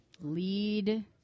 Lead